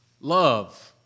love